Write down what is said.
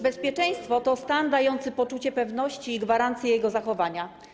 Bezpieczeństwo to stan dający poczucie pewności i gwarancję jego zachowania.